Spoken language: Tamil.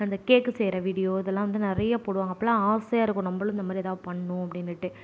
அந்த கேக் செய்யுற வீடியோ இதலாம் வந்து நிறைய போடுவாங்க அப்பலான் ஆசையாக இருக்கும் நம்மளும் இந்தமாதிரி எதாவுது பண்ணணும் அப்படினுட்டு